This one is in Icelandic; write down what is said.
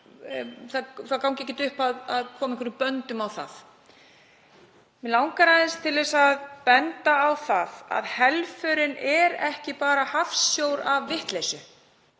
það gangi ekkert upp að koma einhverjum böndum á það. Mig langar aðeins til að benda á það að helförin er ekki bara hafsjór af vitleysu.